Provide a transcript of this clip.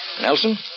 Nelson